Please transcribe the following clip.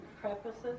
Prefaces